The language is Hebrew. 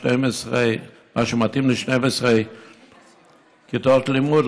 מה שמתאים ל-12 כיתות לימוד,